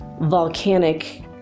volcanic